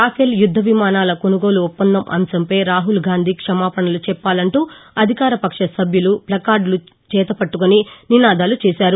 Rafale యుద్ద విమానాల కొనుగోలు ఒప్పందం అంశంపై రాహుల్ గాంధీ క్షమాపణలు చెప్పాలంటూ అధికార పక్ష సభ్యులు ప్లకార్దులు పట్టకుని నినాదాలు చేశారు